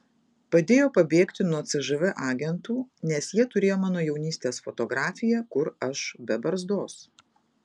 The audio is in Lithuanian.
padėjo pabėgti nuo cžv agentų nes jie turėjo mano jaunystės fotografiją kur aš be barzdos